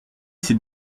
ces